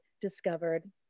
discovered